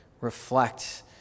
reflect